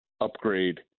upgrade